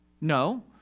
No